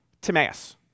Timaeus